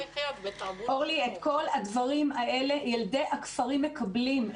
אורלי, את כל הדברים האלה ילדי הכפרים מקבלים.